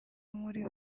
muri